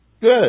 Good